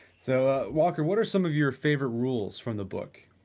so, walker, what are some of your favorite rules from the book?